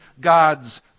God's